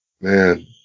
Man